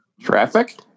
Traffic